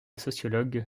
sociologue